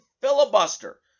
filibuster